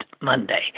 Monday